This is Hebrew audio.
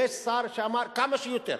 יש שר שאמר: כמה שיותר.